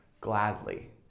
gladly